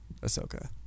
Ahsoka